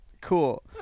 cool